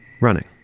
running